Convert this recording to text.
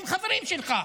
שהם חברים שלך.